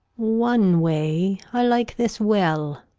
one way i like this well